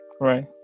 right